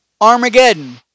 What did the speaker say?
Armageddon